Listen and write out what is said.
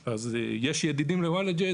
אז יש ידידים לוולאג'ה,